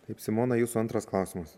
taip simona jūsų antras klausimas